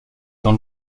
dans